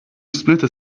splinter